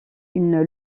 une